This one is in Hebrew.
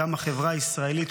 גם החברה הישראלית,